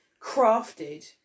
crafted